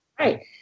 Right